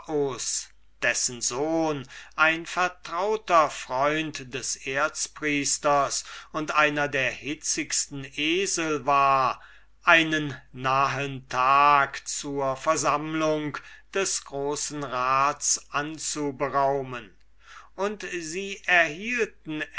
dessen sohn ein vertrauter freund des erzpriesters und einer der hitzigsten esel war einen nahen tag zur versammlung des großen rats anzuberaumen und sie erhielten